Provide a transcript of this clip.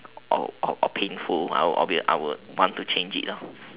or or painful probably I would want to change it ah